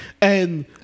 And-